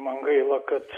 man gaila kad